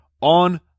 on